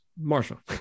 Marshall